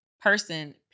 person